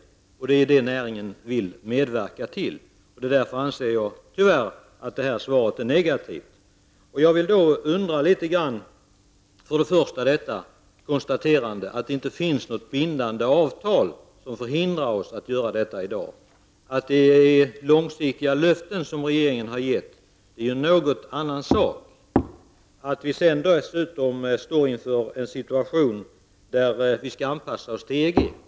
Det är detta som näringen vill medverka till. Jag anser att jordbruksministerns svar tyvärr är negativt. Först och främst kan konstateras att det inte finns något bindande avtal som förhindrar oss att genomföra exporten i dag. De långsiktiga löften som regeringen har givit är en något annan sak. Vi står dessutom inför en situation där vi skall anpassa oss till EG.